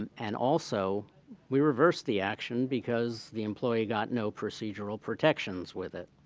and and also we reverse the action because the employee got no procedural protections with it.